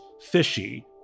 fishy